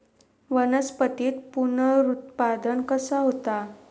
वनस्पतीत पुनरुत्पादन कसा होता?